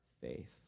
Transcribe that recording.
faith